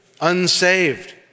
unsaved